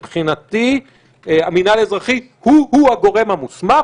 מבחינתי המינהל האזרחי הוא הוא הגורם המוסמך,